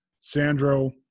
Sandro